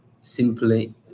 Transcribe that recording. simply